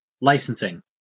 Licensing